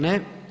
Ne.